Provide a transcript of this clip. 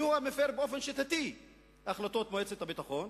מי מפר באופן שיטתי את החלטות מועצת הביטחון.